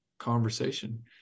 conversation